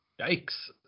Yikes